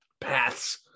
paths